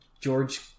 George